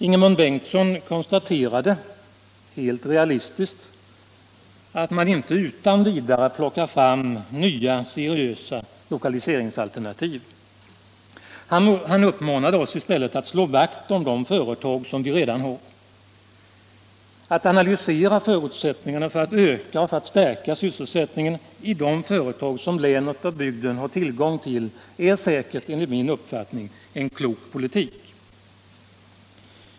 Ingemund Bengtsson konstaterade då helt realistiskt att man inte utan vidare kan plocka fram nya seriösa lokaliseringsalternativ. Han uppmanade oss i stället att slå vakt om de företag som vi redan har. Att analysera förutsättningarna för att öka och stärka sysselsättningen i de företag som länet och bygden redan har är säkert en klok politik.